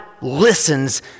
listens